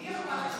אני הסגנית.